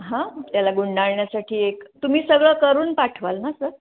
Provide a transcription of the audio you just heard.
हां त्याला गुंडाळण्यासाठी एक तुम्ही सगळं करून पाठवाल ना सर